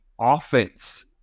offense